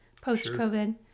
post-COVID